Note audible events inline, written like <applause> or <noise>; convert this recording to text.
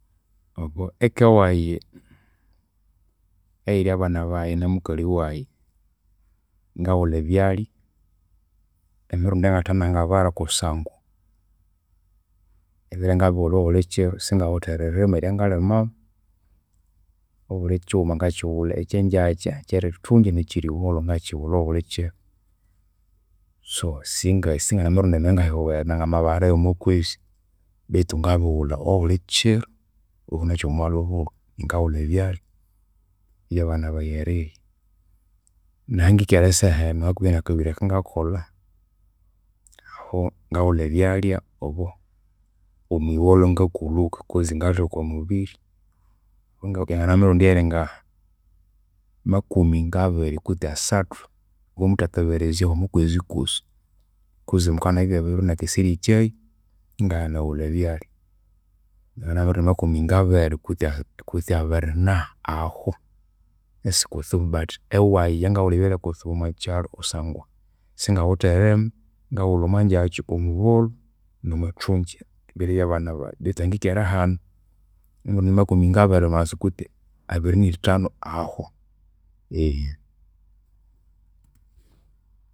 Eka wayi, eyiri abana bayi namukali wayi ngaghulha ebyalya emirundi eyangathe nangabara kusangwa ebyalya ngabighulha bulikyiru singawithe eririma eryanagalimamu. Obulikyighuma ngakyighulha ekyenjakya, ekyerithunji nekyerigholho ngakyighulha bulikyiro. So singasi nganimirundi mingahi namabarayu omwakwezi betu ngabighulha obulikyiro obunakya omwalhubulha ngaghulha ebyalya ebyabana bayi erirya. Nahangikere esaha enu hakuhi nakabiri akangakolha, <hesitation> gaghulha ebyalya obo omwigholho ingakulhuka because ngalira okwamubiri. Yanginabya mirundi eyiri ngamakumi ngabiri kwitsi asathu. Obwo omwithateberezya omwakwezi okosi because mukanabya ebiro inakeserya ekyayi ingaghana erighulha ebyalya. Oho ngabare amakumi ngabiri kwitsi abiri na ahu isikutsibu but ewayi yangaghulha ebyalya kutsibu omwakyalu kusangwa singawithe irima. Ngaghulha omwanjakya, omwigholho nomwithunji ebyalya byabana bayi betu ahangikere hanu nimirundi makumi ngabiri masa kwitsi abiri nithanu ahu. <hesitation>